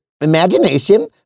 imagination